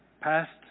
past